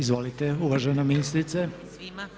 Izvolite uvažena ministrice.